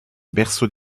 berceau